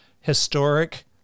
historic